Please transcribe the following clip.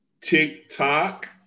TikTok